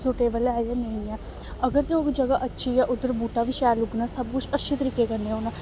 suitable ऐ जां नेईं ऐ अगर ते ओह् जगह अच्छी ऐ उद्धर बूह्टा बी शैल उग्गना सब कुछ अच्छे तरीके कन्नै होना